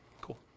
Cool